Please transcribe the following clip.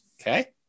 Okay